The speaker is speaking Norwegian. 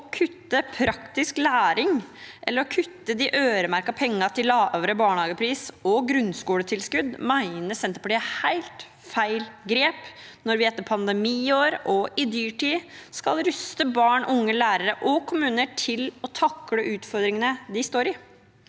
og kutte praktisk læring, eller å kutte de øremerkede pengene til lavere barnehagepris og grunnskoletilskudd, mener Senterpartiet er helt feil grep når vi etter pandemiår og i dyrtid skal ruste barn, unge, lærere og kommuner til å takle utfordringene de står i.